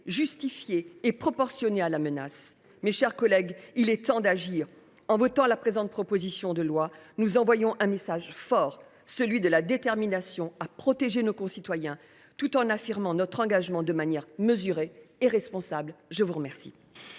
justifiée et proportionnée à la menace. Mes chers collègues, il est temps d’agir. En votant la présente proposition de loi, nous adressons un message fort, celui de notre détermination à protéger nos concitoyens, tout en affirmant notre engagement de manière mesurée et responsable. La parole